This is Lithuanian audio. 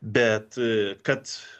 bet kad